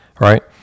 Right